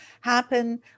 happen